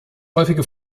häufige